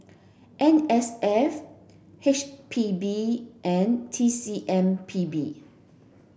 N S F H P B and T C M P B